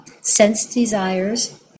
sense-desires